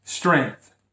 Strength